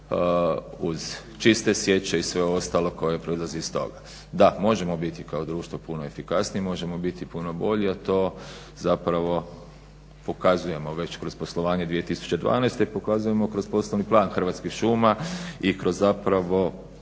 uz čiste sječe i sve ostalo koje proizlazi iz toga. Da, možemo biti kao društvo puno efikasniji, možemo biti puno bolji a to zapravo pokazujemo već kroz poslovanje 2012. pokazujemo kroz poslovni plan Hrvatskih šuma i kroz zapravo